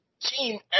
team